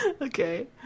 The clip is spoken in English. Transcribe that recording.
Okay